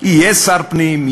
יהיה שר פנים,